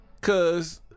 Cause